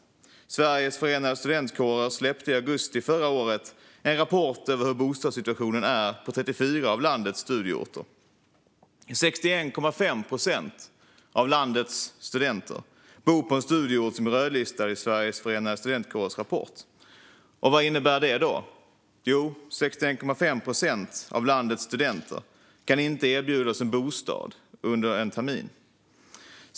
Sveriges förenade studentkårer släppte i augusti förra året en rapport över bostadssituationen på 34 av landets studieorter. 61,5 procent av landets studenter bor på en studieort som är rödlistad i Sveriges förenade studentkårers rapport. Vad innebär då det? Jo, att 61,5 procent av landets studenter inte kan erbjudas en bostad under en termin.